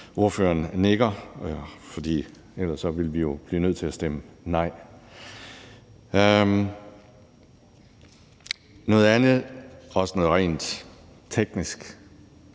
ordføreren nikker – for ellers ville vi jo blive nødt til at stemme nej. Noget andet, og det er også noget rent teknisk,